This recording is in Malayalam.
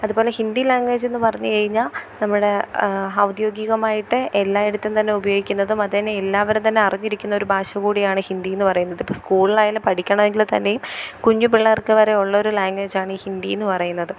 അതുപോലെ ഹിന്ദി ലാംഗേജ് എന്നു പറഞ്ഞു കഴിഞ്ഞാൽ നമ്മൾ ഔദ്യഗികമായിട്ട് എല്ലായിടത്തും തന്നെ ഉപയോഗിക്കുന്നത് അതെന്നെ എല്ലാവരും തന്നെ അറിഞ്ഞിരിക്കുന്ന ഒരു ഭാഷ കൂടിയാണ് ഹിന്ദി എന്നു പറയുന്നത് സ്കൂളിലായാലും പഠിക്കണമെങ്കിൽ തന്നെയും കുഞ്ഞു പിള്ളേർക്ക് വരെ ഉള്ള ഒരു ലാംഗേജ് ആണ് ഈ ഹിന്ദി എന്നു പറയുന്നത്